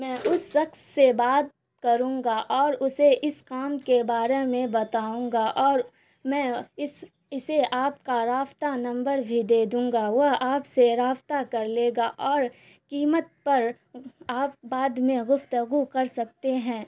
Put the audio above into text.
میں اس شخص سے بات کروں گا اور اسے اس کام کے بارے میں بتاؤں گا اور میں اس اسے آپ کا رابطہ نمبر بھی دے دوں گا وہ آپ سے رابطہ کر لے گا اور قیمت پر آپ بعد میں گفتگو کر سکتے ہیں